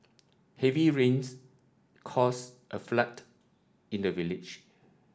heavy rains caused a flood in the village